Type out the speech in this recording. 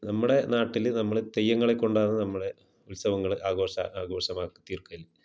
നമ്മുടെ നാട്ടിൽ നമ്മൾ തെയ്യങ്ങളെ കൊണ്ടാന്ന് നമ്മളെ ഉത്സവങ്ങൾ ആഘോഷം ആഘോഷമാക്കി തീർക്കൽ